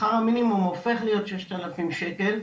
שכר המינימום הופך להיות ששת אלפים שקל.